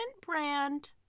brand